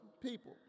people